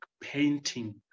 painting